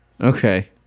Okay